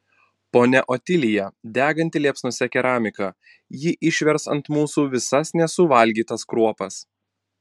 ponia otilija deganti liepsnose keramika ji išvers ant mūsų visas nesuvalgytas kruopas